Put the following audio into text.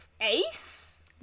ace